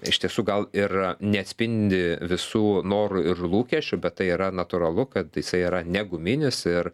iš tiesų gal ir neatspindi visų norų ir lūkesčių bet tai yra natūralu kad jisai yra ne guminis ir